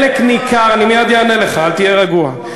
כל פעם אתה מעלה ויכוח היסטורי.